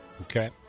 Okay